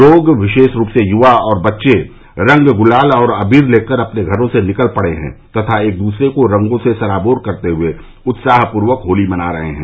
लोग विशेष रूप से युवा और बच्चे रंग गुलाल और अबीर लेकर अपने घरो से निकल पड़े हैं तथा एक दूसरे को रंगो से सराबोर करते हुए उत्साहपूर्वक होली मना रहे हैं